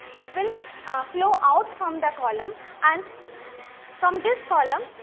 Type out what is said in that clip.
it will flow out from the column and from this column